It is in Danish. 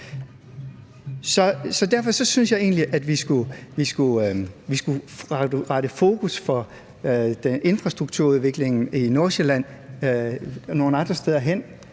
Derfor synes jeg egentlig, at vi skulle rette fokus for infrastrukturudviklingen i Nordsjælland nogle andre steder hen.